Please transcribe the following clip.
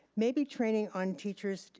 maybe training on teachers,